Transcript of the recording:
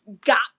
got